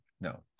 no